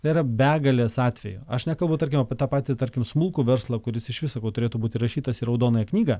tai yra begalės atvejų aš nekalbu tarkim apie tą patį tarkim smulkų verslą kuris iš viso turėtų būti įrašytas į raudonąją knygą